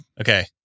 Okay